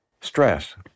Stress